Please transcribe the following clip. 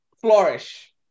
Flourish